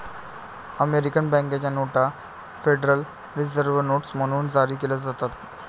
American बँकेच्या नोटा Federal Reserve notes म्हणून जारी केल्या जातात